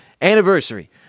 anniversary